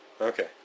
Okay